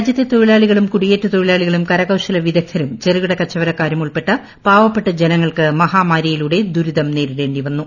രാജ്യത്തെ തൊഴിലാളികളും കുടിയേറ്റ തൊഴിലാളികളും കരകൌശല വിദഗ്ദ്ധരും ചെറുകിട കച്ചവടക്കാരും ഉൾപ്പെട്ട പാവപ്പെട്ട ജനങ്ങൾക്ക് മഹാമാരിയിലൂടെ ദുരിതം നേരിടേണ്ടി വന്നു